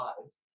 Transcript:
lives